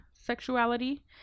sexuality